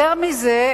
יותר מזה,